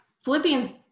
Philippians